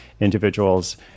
individuals